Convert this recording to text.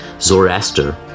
Zoroaster